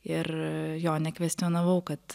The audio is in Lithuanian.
ir jo nekvestionavau kad